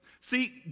See